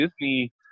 disney